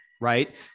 right